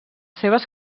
seves